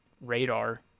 radar